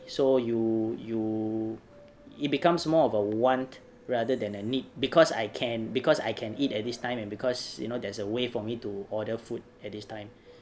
so you you it becomes more of a want rather than a need because I can because I can eat at this time and because you know there's a way for me to order food at this time